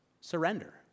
surrender